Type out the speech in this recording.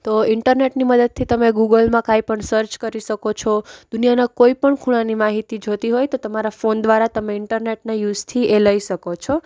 તો ઈન્ટરનેટની મદદથી તમે ગૂગલમાં કાંઇપણ સર્ચ કરી શકો છો દુનિયાનાં કોઈપણ ખૂણાની માહિતી જોઈતી હોય તો તમારા ફોન દ્વારા તમે ઈન્ટરનેટના યુઝથી એ લઈ શકો છો